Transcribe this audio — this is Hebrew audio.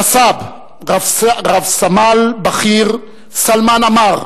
רב-סמל בכיר סלמאן עמאר,